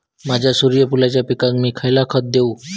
माझ्या सूर्यफुलाच्या पिकाक मी खयला खत देवू?